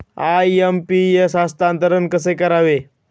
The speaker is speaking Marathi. आय.एम.पी.एस हस्तांतरण कसे करावे?